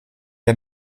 der